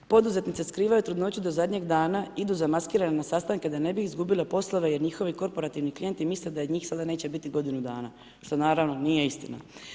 Poduzetnice skrivaju trudnoću do zadnjeg dana idu zamaskirane na sastanke da ne bi izgubile poslove jer njihovi korporativni klijenti misle da njih sada neće biti godinu dana, što naravno nije istina.